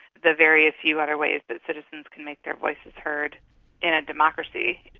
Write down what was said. the various few other ways that citizens can make their voices heard in a democracy,